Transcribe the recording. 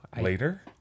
later